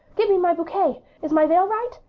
give me my bouquet. is my veil right?